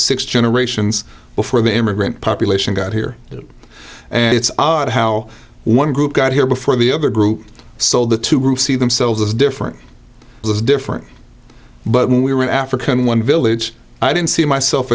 six generations before the immigrant population got here and it's odd how one group got here before the other group so the two groups see themselves as different as different but when we were in africa in one village i didn't see myself